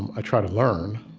i try to learn.